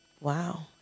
Wow